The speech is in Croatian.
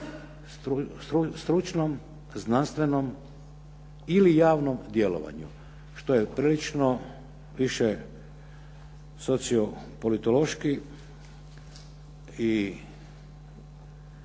stručnom, znanstvenom ili javnom djelovanju, što je prilično više sociopolitološki i izvanpravni,